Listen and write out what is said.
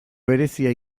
berezia